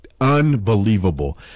Unbelievable